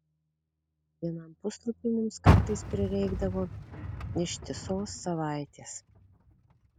vienam puslapiui mums kartais prireikdavo ištisos savaitės